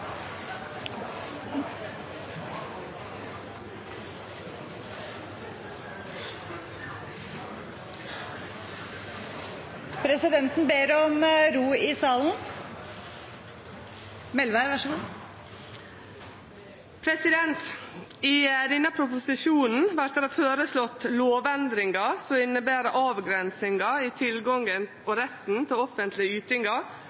Presidenten ber om ro i salen. I denne proposisjonen vert det føreslått lovendringar som inneber avgrensingar i tilgangen og retten til offentlege ytingar